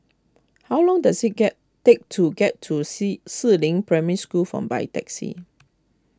how long does it get take to get to Si Si Ling Primary School from by taxi